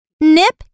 Nip